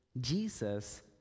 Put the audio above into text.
Jesus